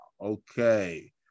Okay